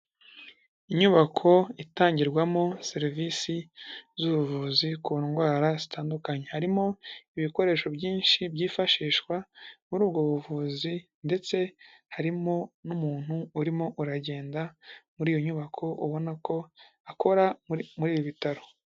Inyubako itangirwamo serivisi z'ubuvuzi ku ndwara zitandukanye, harimo ibikoresho byinshi byifashishwa muri ubwo buvuzi ndetse harimo n'umuntu urimo uragenda muri iyo nyubako ubona ko akora muri ibi bitaro.